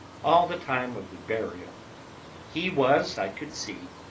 all the time of the burial he was, i could see,